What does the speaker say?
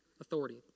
authority